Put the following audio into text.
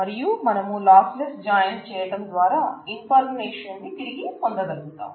మరియు మనము lossless join చేయటం ద్వారా ఇన్ఫర్మేషన్ ని తిరిగి పొందగలుగుతాము